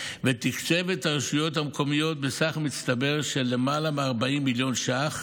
ותקצב את הרשויות המקומיות בסכום מצטבר של יותר מ-40 מיליון ש"ח